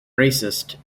racist